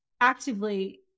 actively